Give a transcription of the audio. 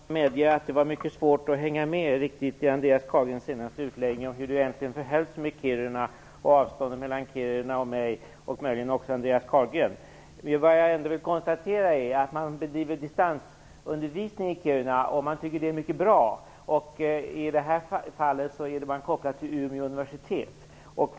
Herr talman! Jag måste medge att det var mycket svårt att hänga med i Andreas Carlgrens senaste utläggning om hur det egentligen förhöll sig med Kiruna och med avståndet mellan Kiruna och mig och möjligen också Andreas Carlgren. Jag vill ändock konstatera att man bedriver distansundervisning i Kiruna och att man tycker att det är mycket bra. I det här fallet är man kopplad till Umeå universitet.